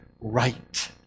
right